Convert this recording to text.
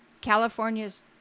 California's